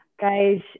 guys